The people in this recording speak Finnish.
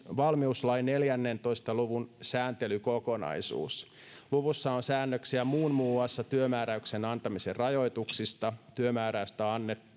valmiuslain neljäntoista luvun sääntelykokonaisuus luvussa on säännöksiä muun muassa työmääräyksen antamisen rajoituksista työmääräystä